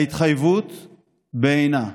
ההתחייבות בעינה.